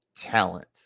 talent